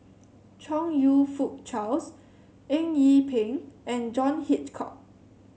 Chong You Fook Charles Eng Yee Peng and John Hitchcock